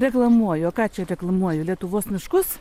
reklamuoju o ką čia reklamuoju lietuvos miškus